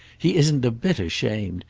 he isn't a bit ashamed.